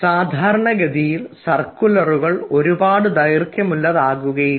സാധാരണഗതിയിൽ സർക്കുലറുകൾ ഒരുപാട് ദൈർഘ്യമുള്ളതാകുകയില്ല